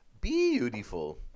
beautiful